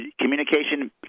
communication